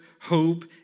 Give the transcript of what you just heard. hope